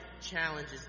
challenges